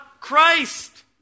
Christ